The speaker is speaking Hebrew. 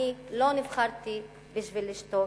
אני לא נבחרתי בשביל לשתוק.